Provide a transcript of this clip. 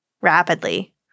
rapidly